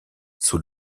sous